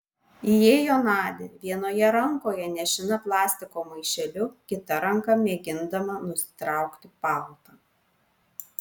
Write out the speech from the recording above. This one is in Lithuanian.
įėjo nadia vienoje rankoje nešina plastiko maišeliu kita ranka mėgindama nusitraukti paltą